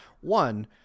One